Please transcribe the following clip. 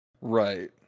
right